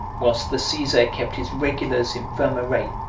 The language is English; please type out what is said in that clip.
whilst the caesar kept his regulars in firm array,